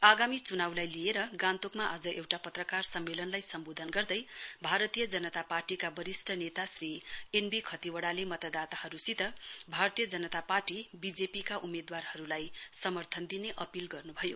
आगामी चुनाउलाई लिएर गान्तोकमा आज एउटा पत्रकार सम्मेलनलाई सम्बोधन गर्दै भारतीय जनता पार्टीका वरिष्ट नेता श्री एन वी खतिवड़ाले मतदाताहरूसित भारतीय जनता पार्टी बिजेपीका उम्मेदवारहरूलाई समर्थन दिने अपील गर्न्भयो